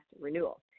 renewal